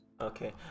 Okay